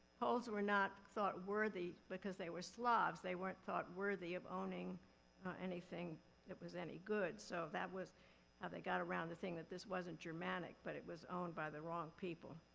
poles were not thought worthy because they were slavs. they weren't thought worthy of owning anything that was any good. so that was how they got around the thing that this wasn't germanic, but it was owned by the wrong people.